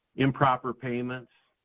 improper payments,